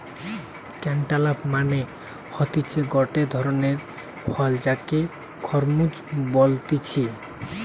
cantaloupe মানে হতিছে গটে ধরণের ফল যাকে খরমুজ বলতিছে